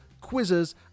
quizzes